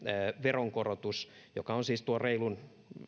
veronkorotus joka on siis tuo